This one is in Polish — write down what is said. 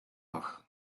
pach